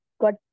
got